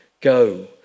Go